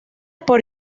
por